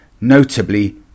notably